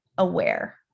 aware